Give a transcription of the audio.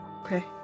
Okay